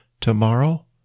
tomorrow